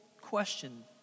question